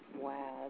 Wow